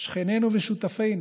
שכנינו ושותפינו,